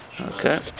Okay